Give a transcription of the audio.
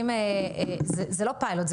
זה לא פיילוט,